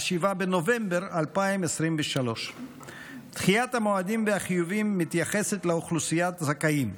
7 בנובמבר 2023. דחיית המועדים והחיובים מתייחסת לאוכלוסיית זכאים.